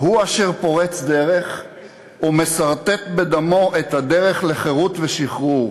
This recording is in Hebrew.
הוא אשר פורץ דרך ומסרטט בדמו את הדרך לחירות ושחרור.